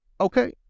Okay